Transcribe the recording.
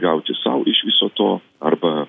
gauti sau iš viso to arba